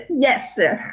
yes sir.